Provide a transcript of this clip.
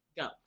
Go